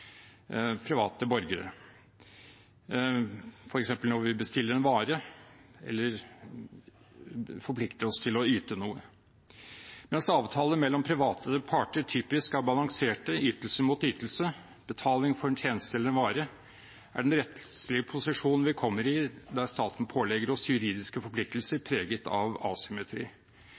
private borgere, f.eks. når vi bestiller en vare eller forplikter oss til å yte noe. Mens avtaler mellom private parter typisk er balanserte – ytelse mot ytelse, betaling for en tjeneste eller en vare – er den rettslige posisjon vi kommer i når staten pålegger oss juridiske forpliktelser, preget av asymmetri.